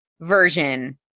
version